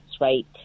right